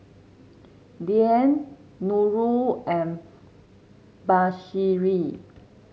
Dian Nurul and Mahsuri